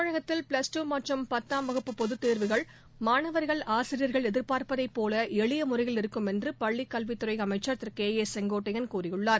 தமிழகத்தில் ப்ளஸ்டூ மற்றும் பத்தாம் வகுப்பு பொதுத்தேர்வுகள் மாணவர்கள் ஆசிரியர்கள் எதிர்பார்ப்பதைப்போலஎளியமுறையில் இருக்கும் என்றுபள்ளிக் கல்வித்துறைஅமைச்சர் திருகே செங்கோட்டையன் தெரிவித்துள்ளார்